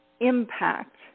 impact